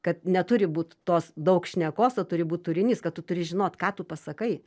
kad neturi būt tos daug šnekos o turi būt turinys kad tu turi žinot ką tu pasakai